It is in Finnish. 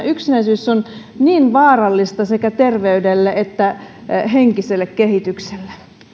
yksinäisyys on niin vaarallista sekä terveydelle että henkiselle kehitykselle